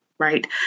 right